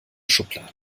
schublade